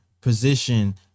position